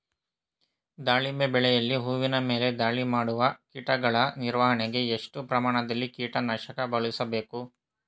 ದಾಳಿಂಬೆ ಬೆಳೆಯಲ್ಲಿ ಹೂವಿನ ಮೇಲೆ ದಾಳಿ ಮಾಡುವ ಕೀಟಗಳ ನಿರ್ವಹಣೆಗೆ, ಎಷ್ಟು ಪ್ರಮಾಣದಲ್ಲಿ ಕೀಟ ನಾಶಕ ಬಳಸಬೇಕು?